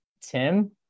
Tim